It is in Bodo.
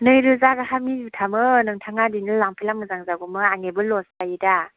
नै रोजा गाहामनि जुथामोन नोंथाङा दिनैनो लांफैला मोजां जागौमोन आंनिबो लस जायो दा